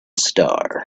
star